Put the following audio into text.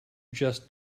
just